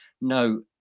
No